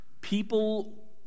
people